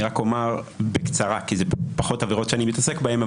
אני רק אומר בקצרה כי זה פחות עבירות שאני מתעסק בהן,